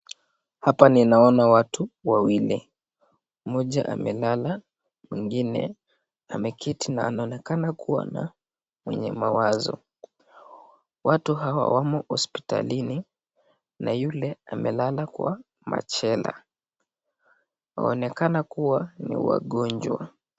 Hapa ninaona watu wawili, mmoja amelala, mwingine ameketi na anaonekana kuwa na mwenye mawazo. Watu hawa wamo hospitalini na yule amelala kwa machela. Waonekana kuwa ni wagonjwa.